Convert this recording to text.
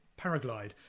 paraglide